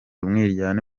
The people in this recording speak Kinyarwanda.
umwiryane